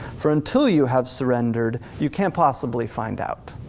for until you have surrendered, you can't possibly find out.